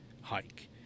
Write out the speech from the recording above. hike